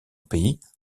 pays